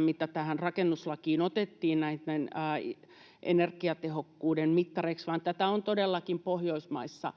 mitä tähän rakennuslakiin otettiin energiatehokkuuden mittariksi, vaan tätä on todellakin Pohjoismaissa